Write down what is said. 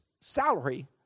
salary